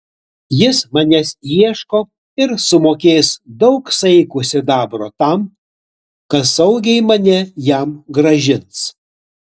jis manęs ieško ir sumokės daug saikų sidabro tam kas saugiai mane jam grąžins